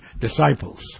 disciples